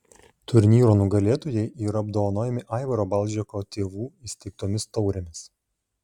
turnyro nugalėtojai yra apdovanojami aivaro balžeko tėvų įsteigtomis taurėmis